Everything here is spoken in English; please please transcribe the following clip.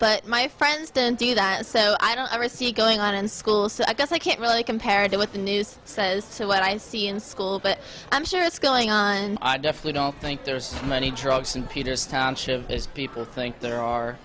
but my friends didn't do that so i don't ever see it going on in school so i guess i can't really compare it with the news says so what i see in school but i'm sure it's going on i definitely don't think there's too many drugs and peters township it's people think there